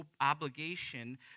obligation